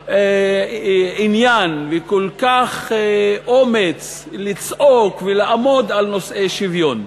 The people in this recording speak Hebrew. עניין וכל כך אומץ לצעוק ולעמוד על נושאי שוויון.